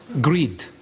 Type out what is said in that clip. greed